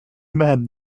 men